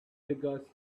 figures